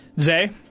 Zay